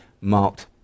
marked